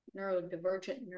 neurodivergent